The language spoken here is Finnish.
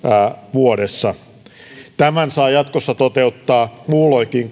vuodessa tämän saa jatkossa toteuttaa muulloinkin